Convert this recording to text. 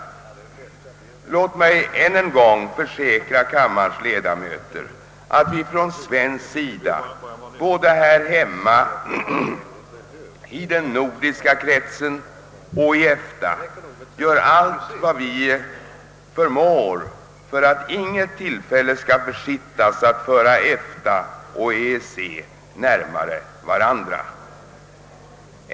Låt mig än en gång försäkra kammarens ledamöter att vi från svensk sida både här hemma, i den nordiska kretsen och i EFTA gör allt vad vi förmår för att intet tillfälle skall försittas att föra EFTA och EEC närmare varandra.